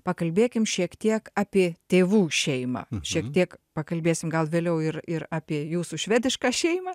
pakalbėkim šiek tiek apie tėvų šeimą šiek tiek pakalbėsim gal vėliau ir ir apie jūsų švedišką šeimą